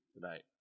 tonight